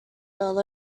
all